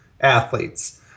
athletes